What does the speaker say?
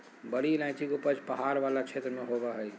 बड़ी इलायची के उपज पहाड़ वाला क्षेत्र में होबा हइ